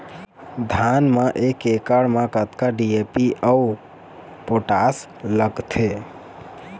धान म एक एकड़ म कतका डी.ए.पी अऊ पोटास लगथे?